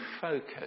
focus